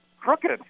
crooked